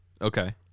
Okay